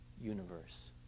universe